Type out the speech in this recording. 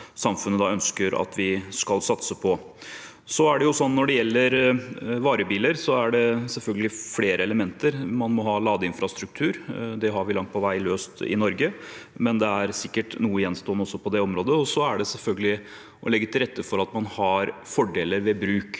samfunnet ønsker at vi skal satse på. Når det gjelder varebiler, er det selvfølgelig flere elementer. Man må ha en ladeinfrastruktur. Det har vi langt på vei løst i Norge, men det er sikkert noe gjenstående også på det området. Og det er selvfølgelig å legge til rette for at man har fordeler ved bruk,